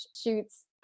shoots